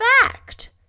fact